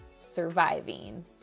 surviving